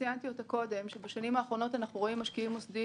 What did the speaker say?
בשנים האחרונות אנחנו רואים משקיעים מוסדיים